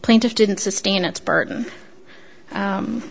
plaintiff didn't sustain its burden